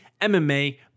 MMA